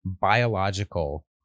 Biological